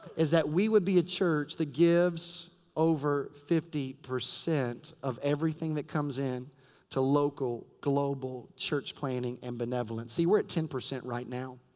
is that we would be a church that gives over fifty percent of everything that comes in to local, global, church planting and benevolence. see, we're at ten percent right now.